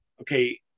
okay